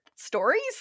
stories